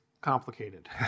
complicated